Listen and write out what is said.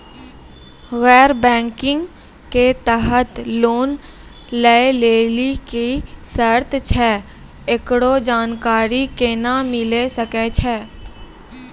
गैर बैंकिंग के तहत लोन लए लेली की सर्त छै, एकरो जानकारी केना मिले सकय छै?